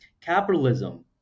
capitalism